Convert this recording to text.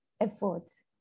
efforts